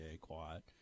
quiet